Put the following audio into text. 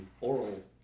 oral